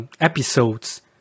episodes